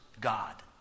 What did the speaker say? God